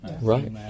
Right